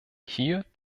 hier